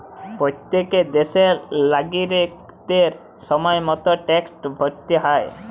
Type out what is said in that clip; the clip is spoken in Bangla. প্যত্তেক দ্যাশের লাগরিকদের সময় মত ট্যাক্সট ভ্যরতে হ্যয়